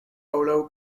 hollow